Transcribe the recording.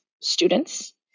students